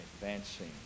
advancing